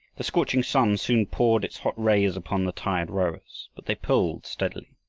the scorching sun soon poured its hot rays upon the tired rowers, but they pulled steadily.